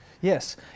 Yes